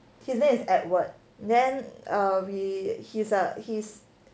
he name is edward then err we he's a he's